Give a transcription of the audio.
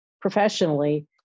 professionally